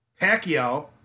Pacquiao